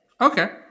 Okay